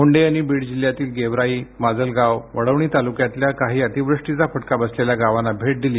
मुंडे यांनी बीड जिल्ह्य़ातील गेवराई माजलगाव वडवणी तालुक्यातील काही अतिवृष्टीचा फटका बसलेल्या गावांना भेट दिली